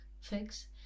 fix